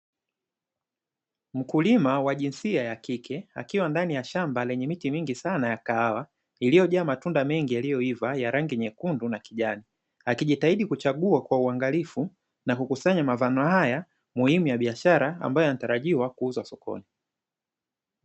Mkulima wa jinsia ya kike, akiwa ndani ya shamba lenye miti mingi sana ya kahawa, iliyojaa matunda mengi yaliyoiva ya rangi nyekundu na kijani. Akijitahidi kuchagua kwa uangalifu na kukusanya mavuno haya muhimu ya biashara, ambayo yanatarajiwa kuuzwa sokoni.